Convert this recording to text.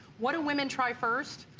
what do women try first,